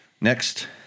Next